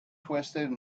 twisted